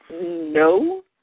No